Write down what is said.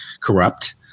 corrupt